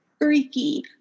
Freaky